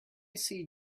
see